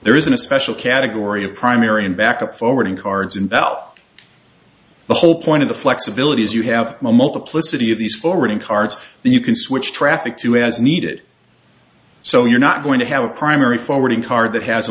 there isn't a special category of primary and backup forwarding cards and bell the whole point of the flexibility is you have a multiplicity of these forwarding cards that you can switch traffic to as needed so you're not going to have a primary forwarding car that has a